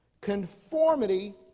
Conformity